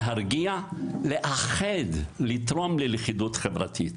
להרגיע, לאחד, לתרום ללכידות חברתית".